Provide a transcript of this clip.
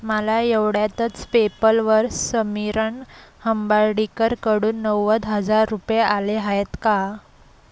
मला एवढ्यातच पेपलवर समीरन हंबार्डीकरकडून नव्वद हजार रुपये आले आहेत का